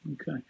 Okay